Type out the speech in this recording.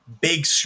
big